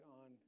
on